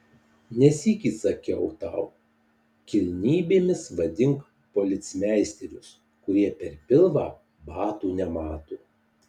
ne sykį sakiau tau kilnybėmis vadink policmeisterius kurie per pilvą batų nemato